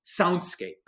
soundscape